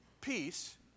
peace